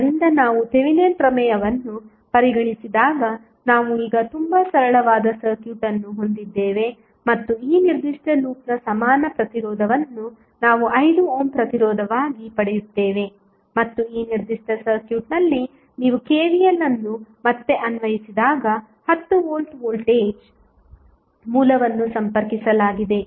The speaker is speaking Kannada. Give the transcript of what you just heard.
ಆದ್ದರಿಂದ ನಾವು ಥೆವೆನಿನ್ ಪ್ರಮೇಯವನ್ನು ಪರಿಗಣಿಸಿದಾಗ ನಾವು ಈಗ ತುಂಬಾ ಸರಳವಾದ ಸರ್ಕ್ಯೂಟ್ ಅನ್ನು ಹೊಂದಿದ್ದೇವೆ ಮತ್ತು ಈ ನಿರ್ದಿಷ್ಟ ಲೂಪ್ನ ಸಮಾನ ಪ್ರತಿರೋಧವನ್ನು ನಾವು 5 ಓಮ್ ಪ್ರತಿರೋಧವಾಗಿ ಪಡೆಯುತ್ತೇವೆ ಮತ್ತು ಈ ನಿರ್ದಿಷ್ಟ ಸರ್ಕ್ಯೂಟ್ನಲ್ಲಿ ನೀವು ಕೆವಿಎಲ್ ಅನ್ನು ಮತ್ತೆ ಅನ್ವಯಿಸಿದಾಗ 10 ವೋಲ್ಟ್ ವೋಲ್ಟೇಜ್ ಮೂಲವನ್ನು ಸಂಪರ್ಕಿಸಲಾಗಿದೆ